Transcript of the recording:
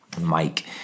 Mike